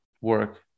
work